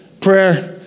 prayer